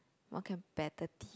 more competitive